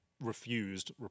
refused